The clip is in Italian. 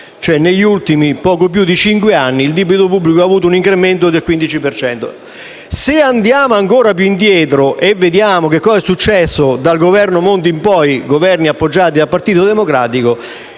Negli ultimi cinque anni il debito pubblico ha avuto un incremento del 15 per cento. Se andiamo ancora più indietro e vediamo che cosa è successo dal Governo Monti in poi (governi appoggiati dal Partito Democratico),